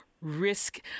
risk